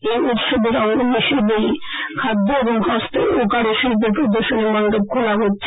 এই উৎসবের অঙ্গ হিসাবেই খাদ্য এবং হস্ত ও কারুশিল্পের প্রদর্শনী মন্ডপ খোলা হচ্ছে